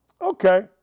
okay